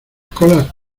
colas